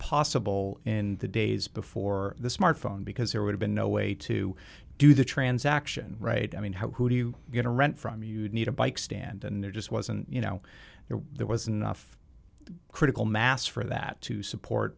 possible in the days before the smartphone because there would've been no way to do the transaction right i mean how do you get a rent from you'd need a bike stand and there just wasn't you know there was enough critical mass for that to support